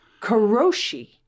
Kuroshi